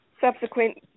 subsequent